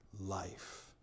life